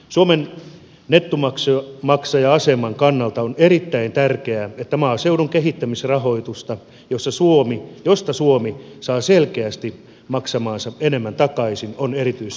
suomen nettomaksaja aseman kannalta on erittäin tärkeää että maaseudun kehittämisrahoitusta josta suomi saa selkeästi maksamaansa enemmän takaisin on erityisessä keskiössä